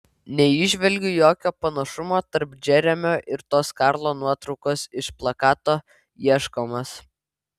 neįžvelgiu jokio panašumo tarp džeremio ir tos karlo nuotraukos iš plakato ieškomas